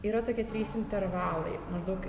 yra tokie trys intervalai maždaug